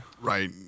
Right